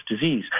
disease